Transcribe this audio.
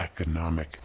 economic